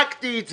ובדקתי את זה,